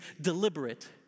deliberate